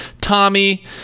Tommy